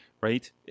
right